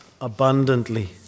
abundantly